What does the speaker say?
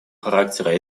характера